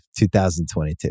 2022